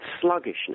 sluggishness